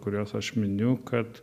kuriuos aš miniu kad